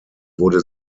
wurde